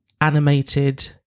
animated